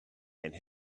and